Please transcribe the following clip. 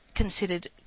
Considered